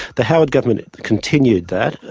the howard government continued that.